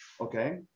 okay